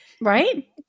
Right